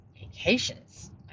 vacations